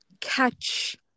catch